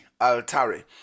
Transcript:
altare